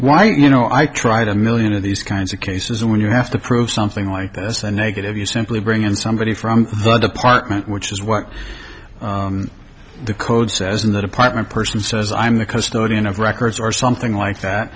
why you know i tried a million of these kinds of cases and when you have to prove something like that's a negative you simply bring in somebody from the department which is what the code says in that apartment person says i'm the custodian of records or something like that